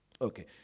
okay